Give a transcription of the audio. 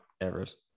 Everest